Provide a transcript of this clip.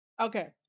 Okay